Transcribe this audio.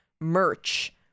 merch